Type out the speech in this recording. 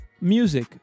music